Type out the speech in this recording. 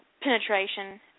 penetration